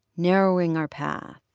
narrowing our path.